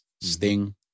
Sting